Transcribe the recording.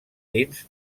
dins